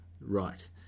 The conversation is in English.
right